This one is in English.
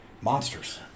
Monsters